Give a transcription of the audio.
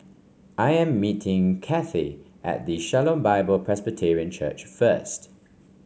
I am meeting Cathey at the Shalom Bible Presbyterian Church first